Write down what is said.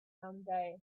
someday